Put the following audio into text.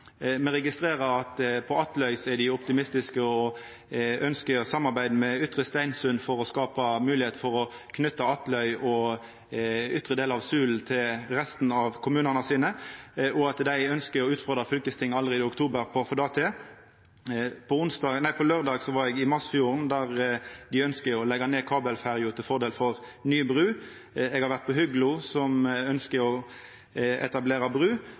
Me registrerer at på Atløy er dei optimistiske og ønskjer samarbeid med Ytre Steinsund for å skapa moglegheit for å knytta Atløy og ytre del av Sula til resten av kommunane dei tilhøyrer, og at dei ønskjer å utfordra fylkestinget allereie i oktober for å få det til. På laurdag var eg i Masfjorden, der dei ønskjer å leggja ned kabelferja til fordel for ny bru. Eg har vore på Huglo, som ønskjer å etablera bru.